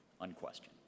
unquestioned